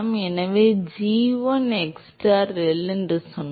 எனவே g1 xstar ReL என்று சொன்னோம்